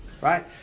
right